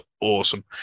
awesome